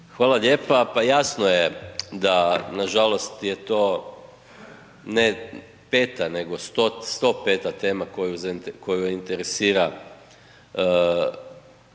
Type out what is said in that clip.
Hvala lijepa. Pa jasno je da nažalost je to ne 5, nego 105 tema koju interesira